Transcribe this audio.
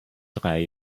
drei